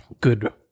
good